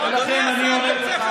ולכן אני אומר לך,